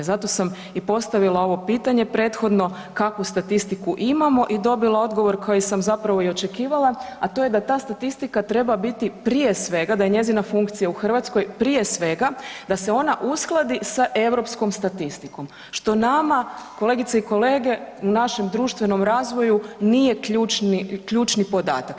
Zato sam i postavila ovo pitanje prethodno kakvu statistiku imamo i dobila odgovor koji sam zapravo i očekivala, a to je da ta statistika treba biti prije svega, da je njezina funkcija u Hrvatskoj prije svega da se ona uskladi sa europskom statistikom, što nama kolegice i kolege u našem društvenom razvoju nije ključni podatak.